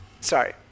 Sorry